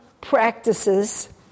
Practices